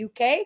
uk